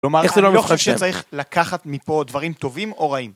כלומר, אני חושב שצריך לקחת מפה דברים טובים או רעים.